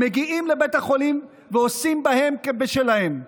המגיעים לבתי חולים ועושים בהם כבשלהם.